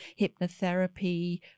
hypnotherapy